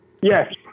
Yes